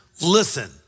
listen